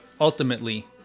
ultimately